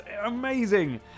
amazing